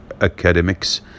academics